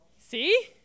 See